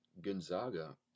Gonzaga